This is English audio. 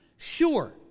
Sure